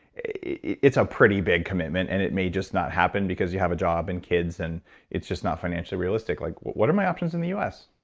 it's a pretty big commitment and it may just not happen because you have a job and kids and it's just not financially realistic? like what what are my options in the us?